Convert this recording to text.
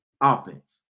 offense